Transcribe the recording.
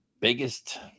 biggest